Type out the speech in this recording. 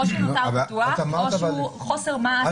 או שנותר פתוח או מחוסר מעש מכל מיני סוגים.